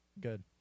Good